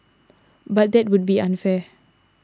but that would be unfair